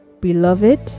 beloved